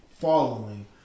following